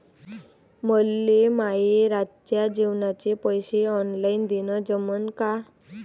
मले माये रातच्या जेवाचे पैसे ऑनलाईन देणं जमन का?